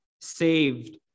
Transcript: saved